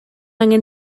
angen